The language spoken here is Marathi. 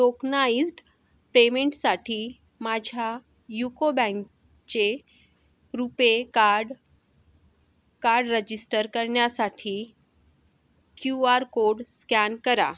टोकनाइज्ड पेमेंटसाठी माझ्या युको बँकचे रुपे कार्ड कार्ड रजिस्टर करण्यासाठी क्यू आर कोड स्कॅन करा